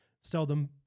seldom